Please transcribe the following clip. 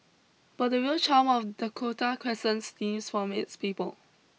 but the real charm of Dakota Crescent stems from its people